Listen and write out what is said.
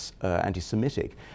anti-Semitic